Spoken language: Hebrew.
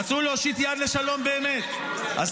רצו להושיט יד לשלום באמת --- שאל את